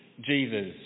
Jesus